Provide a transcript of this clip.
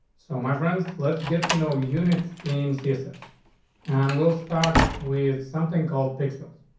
so, my friends, let's get to know units in css and we'll start with something called pixels.